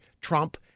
Trump